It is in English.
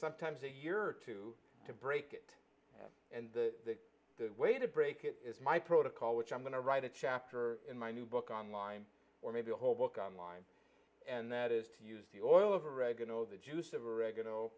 sometimes a year or two to break it and the way to break it is my protocol which i'm going to write a chapter in my new book on line or maybe a whole book on line and that is to use the oil of oregano the juice of oregano